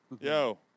Yo